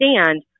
understand